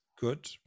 good